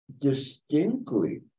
distinctly